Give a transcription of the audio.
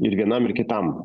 ir vienam ir kitam